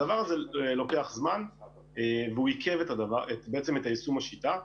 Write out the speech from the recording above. הדבר הזה לוקח זמן והוא עיכב את יישום השיטה.